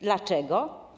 Dlaczego?